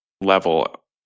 level